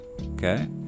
Okay